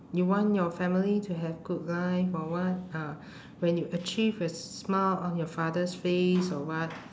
you want your family to have good life or what uh when you achieve a smile on your father's face or what